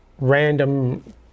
random